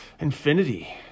infinity